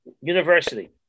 university